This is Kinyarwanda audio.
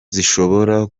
zishobora